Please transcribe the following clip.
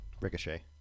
Ricochet